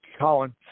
Colin